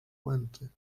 pointy